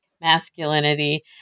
masculinity